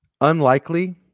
Unlikely